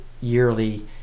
yearly